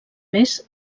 més